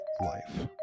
life